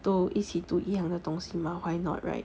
都一起读一样的东西 mah why not right